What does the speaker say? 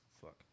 Fuck